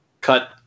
cut